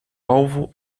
alvo